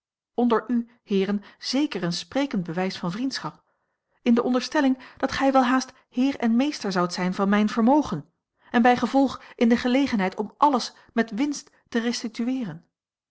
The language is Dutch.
onder u heeren zeker een sprekend bewijs van vriendschap in de onderstelling dat gij welhaast heer en meester zoudt zijn van mijn vermogen en bijgevolg in de gelegenheid om alles met winst te